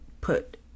put